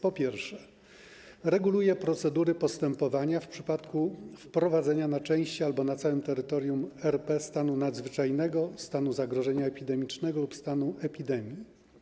Po pierwsze, reguluje się procedury postępowania w przypadku wprowadzenia na części albo na całym terytorium RP stanu nadzwyczajnego, stanu zagrożenia epidemicznego lub stanu epidemii.